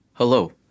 Hello